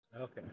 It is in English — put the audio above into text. Okay